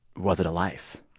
was it a life?